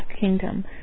kingdom